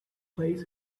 place